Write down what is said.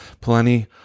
plenty